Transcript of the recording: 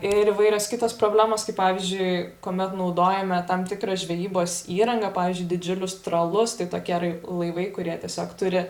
ir įvairios kitos problemos kaip pavyzdžiui kuomet naudojame tam tikrą žvejybos įrangą pavyzdžiui didžiulius tralus tai tokie rai laivai kurie tiesiog turi